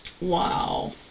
Wow